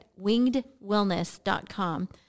wingedwellness.com